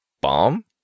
Bomb